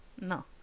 No